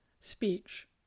speech